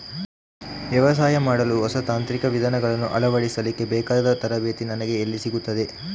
ವ್ಯವಸಾಯ ಮಾಡಲು ಹೊಸ ತಾಂತ್ರಿಕ ವಿಧಾನಗಳನ್ನು ಅಳವಡಿಸಲಿಕ್ಕೆ ಬೇಕಾದ ತರಬೇತಿ ನನಗೆ ಎಲ್ಲಿ ಸಿಗುತ್ತದೆ?